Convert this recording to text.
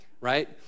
right